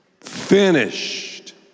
finished